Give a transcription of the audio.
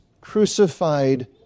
crucified